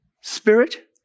spirit